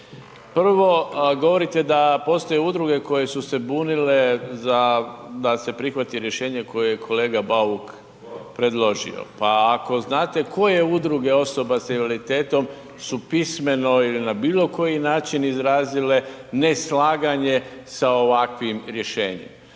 Prvo, govorite da postoje udruge koje su se bunile za da se prihvati rješenje koje je kolega Bauk predložio pa ako znate koje udruge osoba sa invaliditetom su pismeno ili na bilokoji način izrazile neslaganje s ovakvim rješenjem.